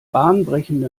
bahnbrechende